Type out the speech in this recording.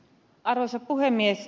arvoisa puhemies